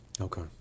Okay